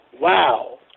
wow